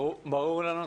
ברור לנו.